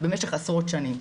במשך עשרות שנים.